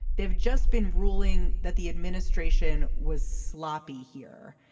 they've just been ruling that the administration was sloppy here.